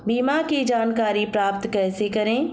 बीमा की जानकारी प्राप्त कैसे करें?